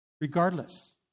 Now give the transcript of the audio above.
regardless